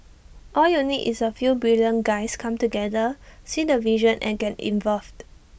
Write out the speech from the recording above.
all you need is A few brilliant guys come together see the vision and get involved